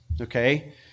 okay